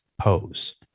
Pose